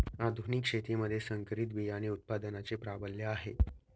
आधुनिक शेतीमध्ये संकरित बियाणे उत्पादनाचे प्राबल्य आहे